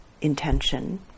intention